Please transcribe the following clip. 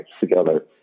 together